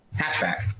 hatchback